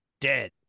Dead